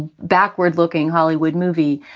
backward looking hollywood movie,